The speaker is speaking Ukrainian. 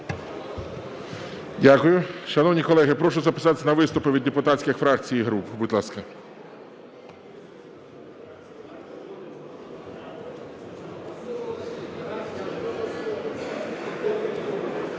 Шановні колеги, прошу записатися на виступи від депутатських фракцій і груп, будь ласка.